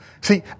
See